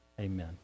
amen